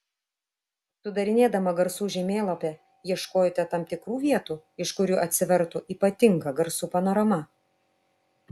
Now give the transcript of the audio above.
sudarinėdama garsų žemėlapį ieškojote tam tikrų vietų iš kurių atsivertų ypatinga garsų panorama